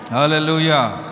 Hallelujah